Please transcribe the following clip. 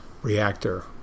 Reactor